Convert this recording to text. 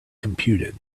computed